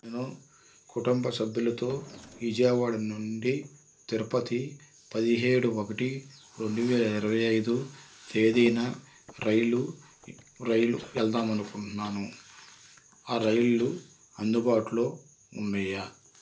నేను కుటుంబ సభ్యులతో విజయవాడ నుండి తిరుపతి పదిహేడు ఒకటి రెండు వేల ఇరవై ఐదు తేదీన రైలు రైలు వెళ్దామనుకుంటున్నాను ఆ రైళ్ళు అందుబాటులో ఉన్నాయా